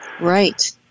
Right